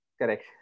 Correct